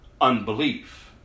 unbelief